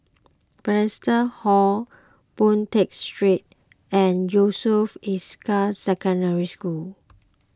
Bethesda Hall Boon Tat Street and Yusof Ishak Secondary School